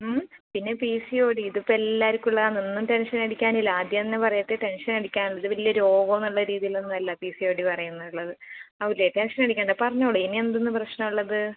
ഉം പിന്നെ P C O D ഇത് ഇപ്പോൾ എല്ലാവർക്കും ഇള്ളതാണ് ഒന്നും ടെൻഷനടിക്കാനില്ല ആദ്യം ഒന്ന് പറയട്ടെ ടെൻഷനടിക്കാൻ ഇത് വലിയ രോഗം എന്നുള്ള രീതിയിലൊന്നും അല്ല പി സി ഒ ഡി പറയുന്നുള്ളത് ആവൂല ടെൻഷൻ അടിക്കണ്ട പറഞ്ഞോളൂ ഇനി എന്തുന്നാ പ്രശ്നമുള്ളത്